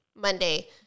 Monday